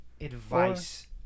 advice